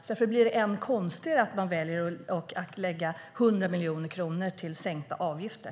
Därför är det än konstigare att man väljer att lägga 100 miljoner kronor på sänkta avgifter.